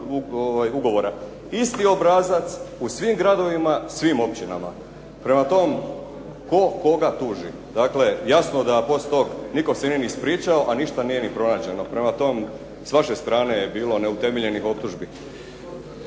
ugovora. Isti obrazac u svim gradovima, svim općina. Prema tome, tko koga tuži? Dakle, jasno da poslije toga nitko se nije ni ispričao, a ništa nije ni pronađeno. Prema tome, s vaše strane je bilo neutemeljenih optužbi.